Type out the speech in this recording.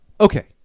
Okay